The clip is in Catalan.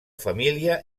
família